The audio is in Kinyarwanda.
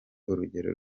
urugero